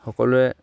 সকলোৱে